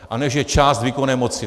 A ne že část výkonné moci...